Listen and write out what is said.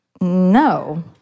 No